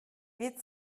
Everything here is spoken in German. wird